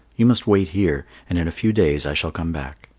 you must wait here, and in a few days i shall come back.